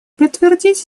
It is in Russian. подтвердить